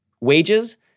wages